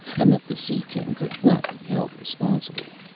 and that the sea-king could not be held responsible.